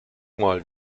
mal